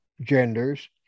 genders